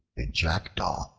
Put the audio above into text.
a jackdaw,